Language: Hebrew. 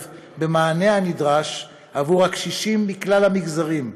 במענה הנדרש עבור הקשישים מכלל המגזרים.